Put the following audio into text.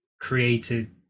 created